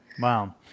Wow